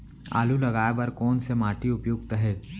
आलू लगाय बर कोन से माटी उपयुक्त हे?